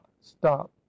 stop